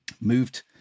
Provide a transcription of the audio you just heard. moved